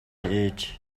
ээж